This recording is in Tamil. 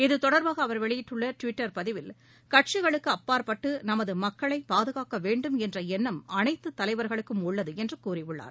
இது தொடர்பாக அவர் வெளியிட்டுள்ள டுட்டர்பதிவில் கட்சிகளுக்கு அப்பாற்பட்டு நமது மக்களை பாதுகாக்க வேண்டும் என்ற எண்ணம் அனைத்து தலைவர்களுக்கும் உள்ளது என்று கூறியுள்ளார்